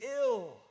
ill